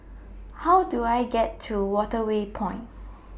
How Do I get to Waterway Point